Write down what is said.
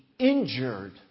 Injured